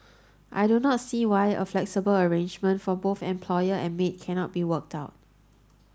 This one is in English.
I do not see why a flexible arrangement for both employer and maid cannot be worked out